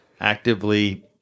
actively